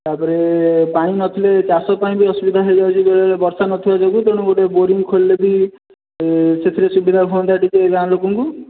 ତାପରେ ପାଣିନଥିଲେ ଚାଷ ପାଇଁ ବି ଅସୁବିଧା ହୋଇଯାଉଛି ବେଳେବେଳେ ବର୍ଷା ନଥିବା ଯୋଗୁ ତେଣୁ ଗୋଟେ ବୋରିଂ ଖୋଳିଳେବି ସେଥିରେ ସୁବିଧା ହୁଅନ୍ତା ଟିକେ ଗାଁ ଲୋକଙ୍କୁ